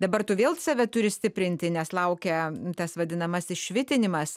dabar tu vėl save turi stiprinti nes laukia tas vadinamasis švitinimas